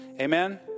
Amen